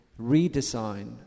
redesign